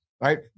right